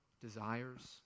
desires